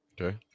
Okay